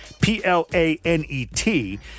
p-l-a-n-e-t